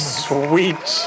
sweet